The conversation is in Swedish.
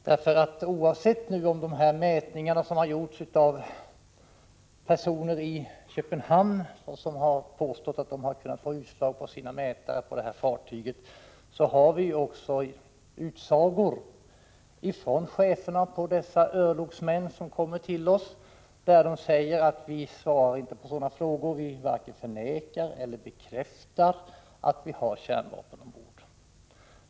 Vid sidan av de mätningar som gjorts av personer i Köpenhamn, vilka påstått att deras mätare givit utslag på detta fartyg, har vi också utsagor från cheferna på örlogsmän som kommit hit, innebärande att de inte svarar på sådana frågor. De varken förnekar eller bekräftar att de har kärnvapen ombord.